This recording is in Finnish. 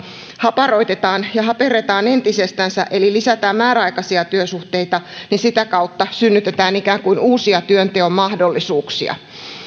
haparoitetaan ja haperretaan entisestänsä eli lisätään määräaikaisia työsuhteita niin sitä kautta synnytetään ikään kuin uusia työnteon mahdollisuuksia